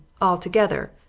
altogether